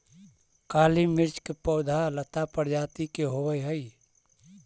काली मिर्च के पौधा लता प्रजाति के होवऽ हइ